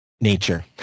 nature